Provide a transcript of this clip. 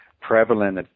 prevalent